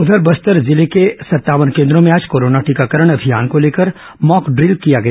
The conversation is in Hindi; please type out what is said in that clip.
उधर बस्तर जिले के संतावन केन्द्रों में आज कोरोना टीकाकरण अभियान को लेकर मॉकड्रिल किया गया